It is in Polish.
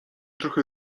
trochę